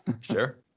Sure